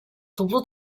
toplu